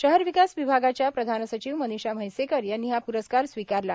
शहर विकास विभागाच्या प्रधान सचिव मनिषा म्हैसेकर यांनी हा प्रस्कार स्वीकारला